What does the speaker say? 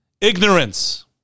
Ignorance